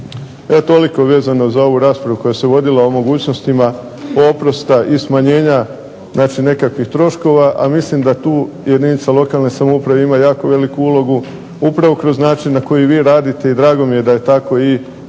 Evo toliko vezano za ovu raspravu koja se vodila o mogućnostima oprosta i smanjenja, znači nekakvih troškova, a mislim da tu jedinica lokalne samouprave ima jako veliku ulogu upravo kroz način na koji vi radite i drago mi je da je tako i